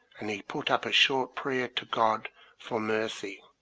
and he put up a short prayer to god for mercy.